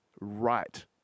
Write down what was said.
right